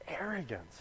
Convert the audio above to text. arrogance